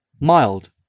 mild